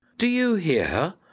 do you hear her?